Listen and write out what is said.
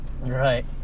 right